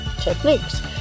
techniques